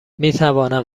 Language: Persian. میتوانم